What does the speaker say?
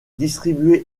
distribuée